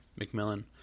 McMillan